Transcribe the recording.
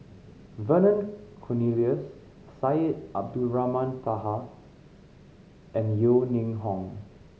Vernon Cornelius Syed Abdulrahman Taha and Yeo Ning Hong